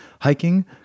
hiking